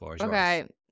Okay